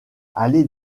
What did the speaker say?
aller